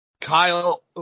Kyle